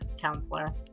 counselor